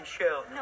No